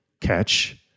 catch